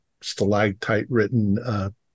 stalactite-written